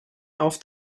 auf